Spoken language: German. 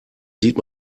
sieht